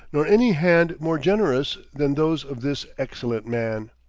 nor any hand more generous, than those of this excellent man.